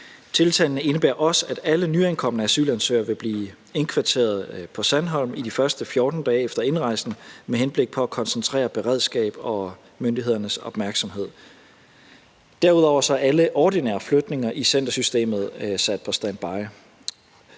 Tiltagene indebærer også, at alle nyankomne asylansøgere vil blive indkvarteret på Center Sandholm i de første 14 dage efter indrejsen med henblik på at koncentrere beredskabets og myndighedernes opmærksomhed. Derudover er alle ordinære flytninger i centersystemet sat på standby,